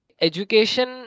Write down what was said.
education